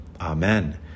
Amen